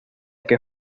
que